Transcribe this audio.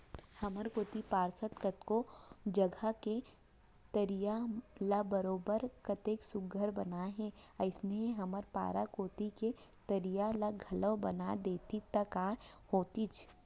हमर कोती पार्षद कतको जघा के तरिया ल बरोबर कतेक सुग्घर बनाए हे अइसने हमर पारा कोती के तरिया ल घलौक बना देतिस त काय होतिस